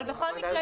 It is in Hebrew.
אבל בכל מקרה,